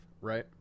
right